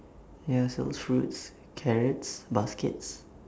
ya sells fruits carrots baskets